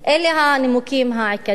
אלה הנימוקים העיקריים,